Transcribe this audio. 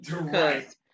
Right